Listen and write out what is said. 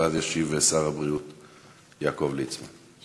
ואז ישיב שר הבריאות יעקב ליצמן.